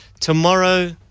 tomorrow